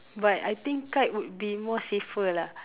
but I think kite would be more safer lah